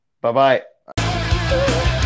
Bye-bye